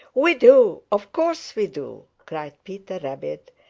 we do! of course we do! cried peter rabbit,